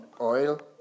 oil